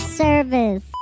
service